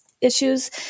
issues